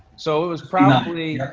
so, it was probably,